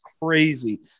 crazy